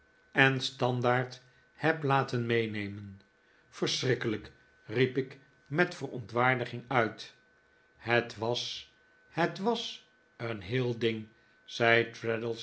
en standaard heb laten meenemen verschrikkelijk riep ik met verontwaardiging uit het was het was een heel ding zei